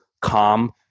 calm